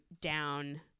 down